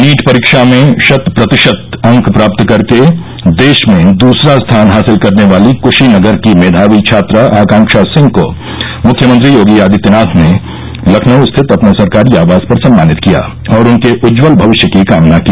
NEET परीक्षा में शत प्रतिशत अंक प्राप्त कर के देश में दूसरा स्थान हासिल करने वाली कुशीनगर की मेघावी छात्रा आकांक्षा सिंह को मुख्यमंत्री योगी आदित्यनाथ ने लखनऊ स्थित अपने सरकारी आवास पर सम्मानित किया और उनके उज्ज्वल भविष्य की कामना की